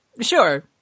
Sure